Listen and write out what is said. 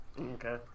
Okay